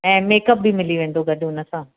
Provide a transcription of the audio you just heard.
ऐं मेकअप बि मिली वेंदो गॾु हुनसां